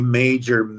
major